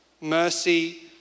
Mercy